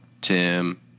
tim